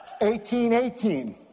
1818